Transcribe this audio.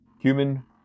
Cumin